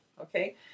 Okay